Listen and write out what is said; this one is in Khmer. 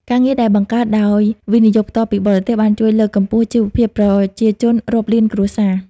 ការងារដែលបង្កើតដោយ វិនិយោគផ្ទាល់ពីបរទេស បានជួយលើកកម្ពស់ជីវភាពប្រជាជនរាប់លានគ្រួសារ។